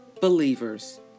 believers